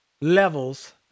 levels